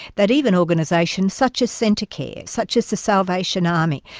that even organisations such as centrecare, such as the salvation army,